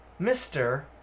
Mr